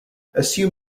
assume